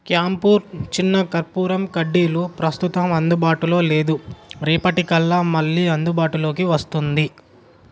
camphor చిన్నం కర్పూరం కడ్డీలు ప్రస్తుతం అందుబాటులో లేదు రేపటి కల్లా మళ్ళీ అందుబాటులోకి వస్తుంది